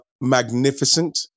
magnificent